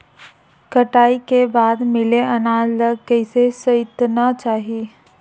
कटाई के बाद मिले अनाज ला कइसे संइतना चाही?